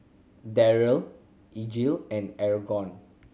Darrell Elige and